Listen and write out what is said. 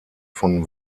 von